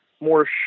more